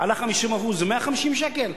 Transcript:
עלה ב-50%, זה 150 שקל?